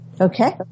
Okay